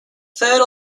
third